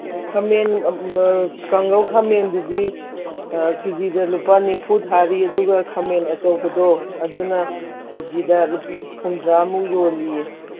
ꯈꯥꯃꯦꯟ ꯀꯥꯡꯒꯧ ꯈꯥꯃꯦꯟꯗꯨꯗꯤ ꯀꯦ ꯖꯤꯗ ꯂꯨꯄꯥ ꯅꯤꯐꯨ ꯊꯥꯔꯤ ꯑꯗꯨꯒ ꯈꯥꯃꯦꯟ ꯑꯆꯧꯕꯗꯣ ꯑꯗꯨꯅ ꯀꯦ ꯖꯤꯗ ꯂꯨꯄꯥ ꯍꯨꯝꯗ꯭ꯔꯥꯃꯨꯛ ꯌꯣꯜꯂꯤ